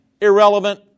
Irrelevant